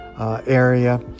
area